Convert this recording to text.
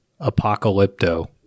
apocalypto